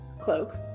cloak